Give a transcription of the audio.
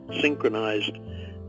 synchronized